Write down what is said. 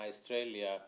Australia